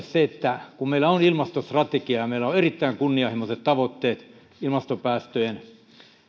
se että kun meillä on ilmastostrategia ja meillä on on erittäin kunnianhimoiset tavoitteet ilmastopäästöjen